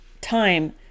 time